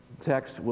text